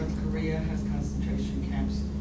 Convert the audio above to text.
korea has concentration camps,